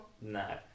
No